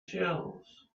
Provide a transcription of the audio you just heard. shells